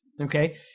okay